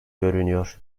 görünüyor